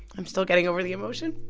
i'm still getting over the emotion